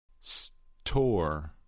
Store